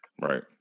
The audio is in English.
Right